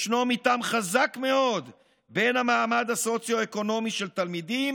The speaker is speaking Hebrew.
ישנו מתאם חזק מאוד בין המעמד הסוציו-אקונומי של תלמידים